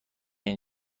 این